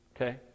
okay